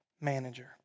manager